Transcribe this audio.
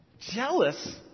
Jealous